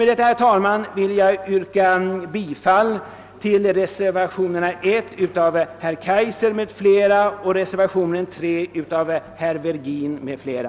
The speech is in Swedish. Därför, herr talman, yrkar jag bifall till reservationerna nr 1 av herr Kaijser m.fl. och nr 3 av herr Virgin m.fl.